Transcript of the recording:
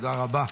תודה רבה.